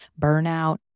burnout